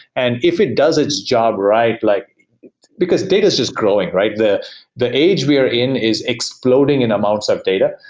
and if it does its job right like because data is just growing. the the age we are in is exploding in amounts of data.